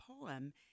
poem